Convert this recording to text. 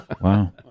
Wow